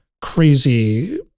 crazy